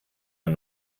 man